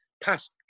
past